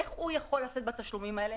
איך הוא יכול לשאת בתשלומים האלה?